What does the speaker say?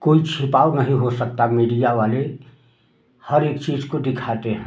कोई छिपाऊ नहीं हो सकता मीडिया वाले हर एक चीज को दिखाते हैं